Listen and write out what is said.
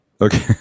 Okay